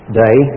day